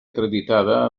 acreditada